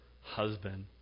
husband